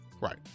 Right